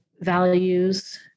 values